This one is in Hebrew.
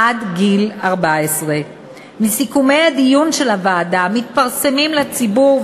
עד גיל 14. מסיכומי הדיון של הוועדה המתפרסמים לציבור,